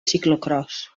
ciclocròs